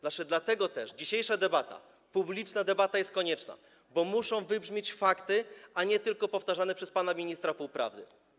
Właśnie dlatego też dzisiejsza publiczna debata jest konieczna, bo muszą wybrzmieć fakty, a nie tylko powtarzane przez pana ministra półprawdy.